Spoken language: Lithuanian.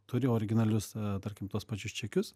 turi originalius tarkim tuos pačius čekius